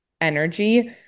energy